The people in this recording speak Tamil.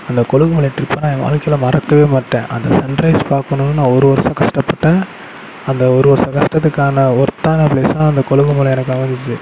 அந்த கொழுகுமலை ட்ரிப்பை நான் என் வாழ்க்கையில் மறக்க மாட்டேன் அந்த சன்ரைஸ் பாக்கணுன்னு நான் ஒரு வர்ஷம் கஷ்டப்பட்டேன் அந்த ஒரு வர்ஷ கஷ்டத்துக்கான ஒர்த்தானா பிளேஸாக அந்த கொழுகுமல எனக்கு அமைஞ்சிச்சி